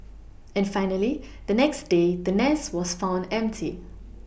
and finally the next day the nest was found empty